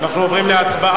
אנחנו עוברים להצבעה.